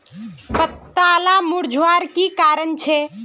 पत्ताला मुरझ्वार की कारण छे?